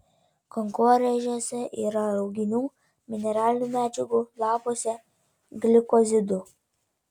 kankorėžiuose yra rauginių mineralinių medžiagų lapuose glikozidų